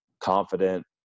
confident